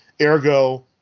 ergo